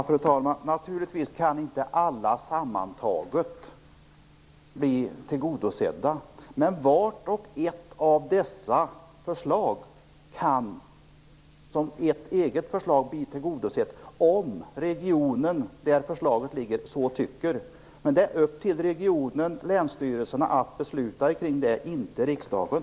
Fru talman! Naturligtvis kan inte alla sammantaget bli tillgodosedda, men vart och ett av dessa förslag kan, som enskilt förslag, bli tillgodosett om regionen som förslaget berör så tycker. Men det är upp till regionerna och länsstyrelserna att besluta omkring det - inte riksdagen.